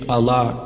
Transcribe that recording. Allah